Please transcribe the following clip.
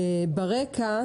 ברקע,